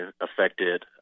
affected